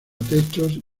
techos